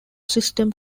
system